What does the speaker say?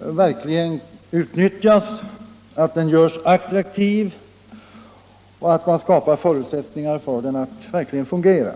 verkligen utnyttjas och görs attraktiv och att man skapar sådana förutsättningar för den att den verkligen fungerar.